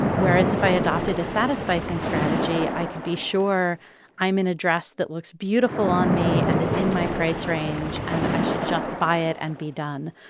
whereas, if i adopted a satisficing strategy, i could be sure i'm in a dress that looks beautiful on me and is in my price range, and i should just buy it and be done.